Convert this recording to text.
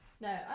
No